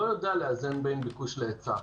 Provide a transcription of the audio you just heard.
לא יודע לאזן בין ביקוש להיצע.